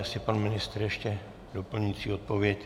Jestli pan ministr ještě doplňující odpověď?